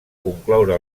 concloure